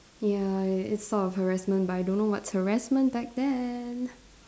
ya it it's sort of harassment but I don't know what's harassment back then